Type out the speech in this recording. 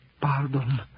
pardon